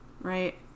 right